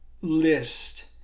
list